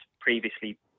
previously